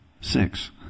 six